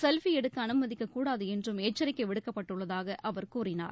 selfie எடுக்க அனுமதிக்கக்கூடாது என்றும் எச்சரிக்கை விடுக்கப்பட்டுள்ளதாக அவர் கூறினார்